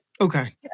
Okay